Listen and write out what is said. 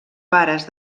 pares